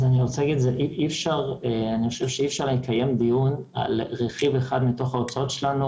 אני חושב שאי אפשר לקיים דיון על רכיב אחד מתוך ההוצאות שלנו.